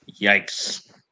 Yikes